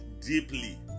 deeply